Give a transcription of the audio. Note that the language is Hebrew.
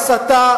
הסתה.